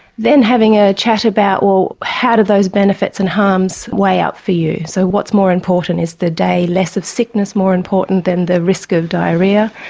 then having a chat about, well, how do those benefits and harms weigh up for you? so what's more important, is the day less of sickness more important than the risk of diarrhoea,